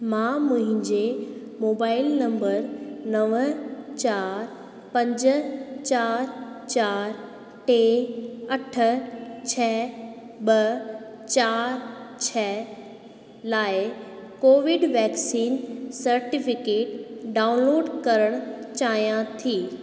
मां मुंहिंजे mobile number नव चार पंज चार चार टे अठ छ्ह ॿ चार छह लाइ कोविड वैक्सीन सर्टिफिकेट डाउनलोड करणु चाहियां थी